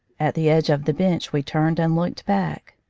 at the edge of the bench we turned and looked back.